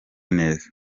neza